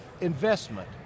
investment